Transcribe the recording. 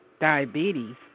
diabetes